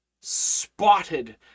spotted